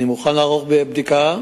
אני מוכן לערוך בדיקה,